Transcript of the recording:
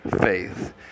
faith